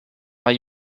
are